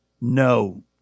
No